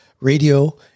radio